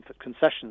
concessions